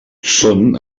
són